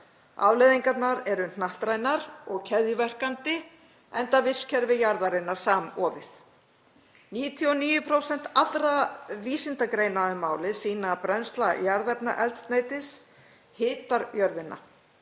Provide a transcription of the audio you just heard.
Afleiðingarnar eru hnattrænar og keðjuverkandi enda vistkerfi jarðarinnar samofið. 99% allra vísindagreina um málið sýna að brennsla jarðefnaeldsneytis hitar jörðina.